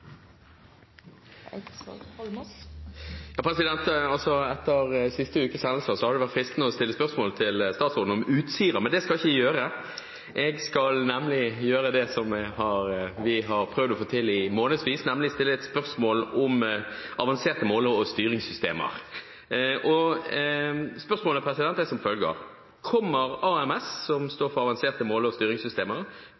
statsråden om Utsira, men det skal jeg ikke gjøre. Jeg skal nemlig gjøre det som jeg har prøvd å få til i månedsvis, nemlig å stille et spørsmål om Avanserte måle- og styringssystemer. Spørsmålet er som følger: «Kommer AMS til å komme på plass i alle norske hjem innen 1. januar 2019, og vil statsråden sikre at disse har spesifikasjoner som